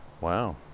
Wow